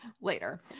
later